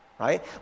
Right